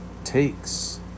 takes